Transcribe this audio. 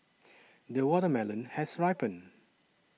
the watermelon has ripened